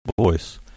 voice